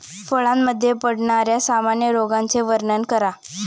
फळांमध्ये पडणाऱ्या सामान्य रोगांचे वर्णन करा